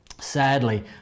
sadly